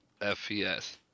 FPS